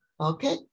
Okay